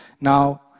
Now